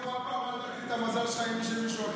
לי אמרו: אף פעם אל תחליף את המזל שלך עם זה של מישהו אחר.